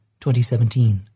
2017